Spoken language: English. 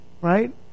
Right